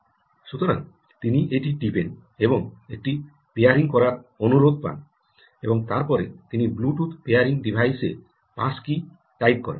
সুতরাং তিনি এটি টিপেন এবং একটি পেয়ারিং করার অনুরোধ পান এবং তারপরে তিনি ব্লুটুথ পেয়ারিং ডিভাইসে পাস কী টাইপ করেন